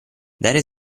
dare